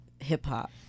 hip-hop